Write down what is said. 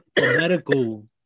medical